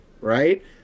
right